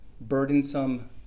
burdensome